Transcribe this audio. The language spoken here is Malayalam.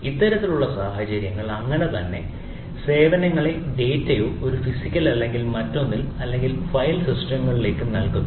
ഇത്തരത്തിലുള്ള സാഹചര്യങ്ങൾ അങ്ങനെ തന്നെ സേവനങ്ങളോ ഡാറ്റയോ ഒരു ഫിസിക്കൽ അല്ലെങ്കിൽ മറ്റൊന്നിൽ അല്ലെങ്കിൽ ഫിസിക്കൽ സിസ്റ്റങ്ങളിൽ നിൽക്കുന്നു